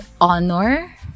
honor